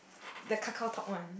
the KakaoTalk one